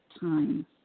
time